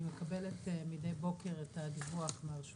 אני מקבלת מדי בוקר את הדיווח מהרשות